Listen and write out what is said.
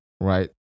right